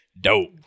dope